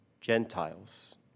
Gentiles